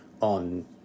on